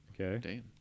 okay